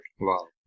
Wow